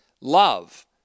love